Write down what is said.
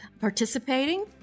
participating